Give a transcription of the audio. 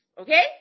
Okay